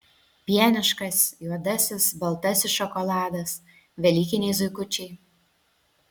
pieniškas juodasis baltasis šokoladas velykiniai zuikučiai